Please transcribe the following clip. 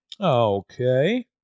Okay